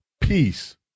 Peace